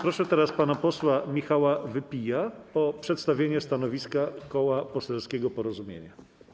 Proszę teraz pana posła Michała Wypija o przedstawienie stanowiska koła parlamentarnego Porozumienie.